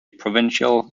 provincial